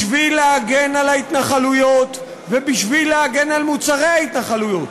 בשביל להגן על ההתנחלויות ובשביל להגן על מוצרי ההתנחלויות,